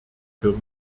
für